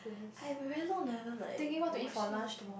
I have very long never like watch YouTube